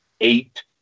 eight